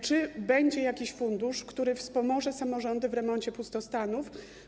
Czy będzie jakiś fundusz, który wspomoże samorządy w remoncie pustostanów?